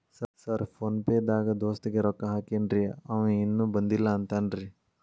Sir PhonePe ದಾಗ ದೋಸ್ತ್ ಗೆ ರೊಕ್ಕಾ ಹಾಕೇನ್ರಿ ಅಂವ ಇನ್ನು ಬಂದಿಲ್ಲಾ ಅಂತಾನ್ರೇ?